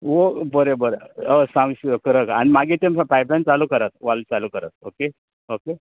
वो बरें बरे सारकें करा आनी मागीर तें पायप लायन चालू करात वॉल चालू करात ओके ओके